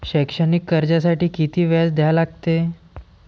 शैक्षणिक कर्जासाठी किती व्याज द्या लागते?